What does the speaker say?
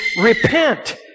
repent